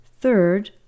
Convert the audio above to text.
Third